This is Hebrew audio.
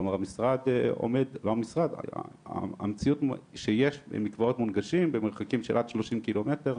כלומר המציאות היא שיש מקוואות מונגשים במרחקים של עד שלושים קילומטר.